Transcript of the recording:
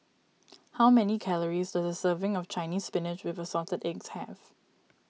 how many calories does a serving of Chinese Spinach with Assorted Eggs have